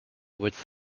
width